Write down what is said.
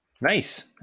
Nice